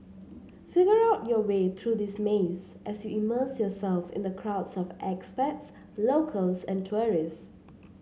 figure out your way through this maze as you immerse yourself in the crowds of expats locals and tourists